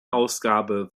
ausgabe